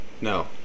No